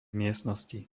miestnosti